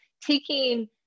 taking